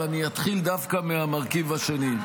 אבל אני אתחיל דווקא מהמרכיב השני.